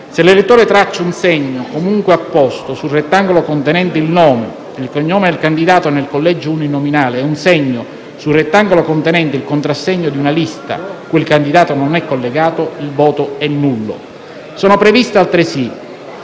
Se l'elettore traccia un segno, comunque apposto, sul rettangolo contenente il nome e il cognome del candidato nel collegio uninominale e un segno su un rettangolo contenente il contrassegno di una lista cui il candidato non è collegato, il voto è nullo. Sono previste, altresì,